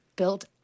built